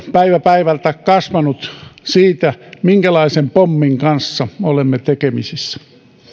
päivä päivältä on kasvanut järkytys siitä minkälaisen pommin kanssa olemme tekemisissä